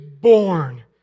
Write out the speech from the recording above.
born